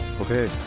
Okay